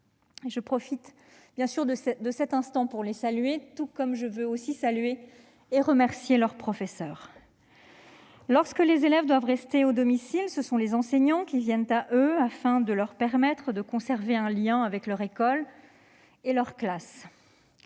Je profite de cette intervention pour les saluer, mais aussi pour saluer et remercier leurs professeurs. Lorsque les élèves doivent rester à leur domicile, ce sont les enseignants qui viennent à eux afin de leur permettre de conserver un lien avec leur école et leur classe.